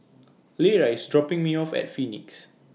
Lera IS dropping Me off At Phoenix